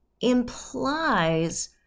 implies